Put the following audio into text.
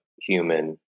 human